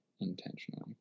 intentionally